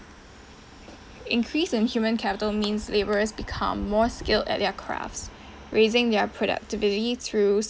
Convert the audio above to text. increase in human capital means labourers become more skill at their crafts raising their product to believe through